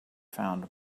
found